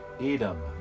Edom